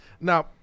Now